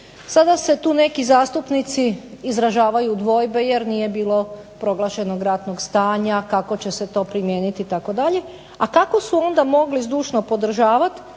Sada se tu neki zastupnici izražavaju dvojbe jer nije bilo proglašenog ratnog stanja, kako će se to primijeniti itd.,a kako su onda mogli zdušno podržavati